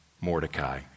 Mordecai